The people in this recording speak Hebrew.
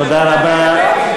תודה רבה.